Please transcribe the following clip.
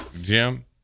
Jim